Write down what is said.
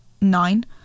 nine